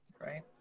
Right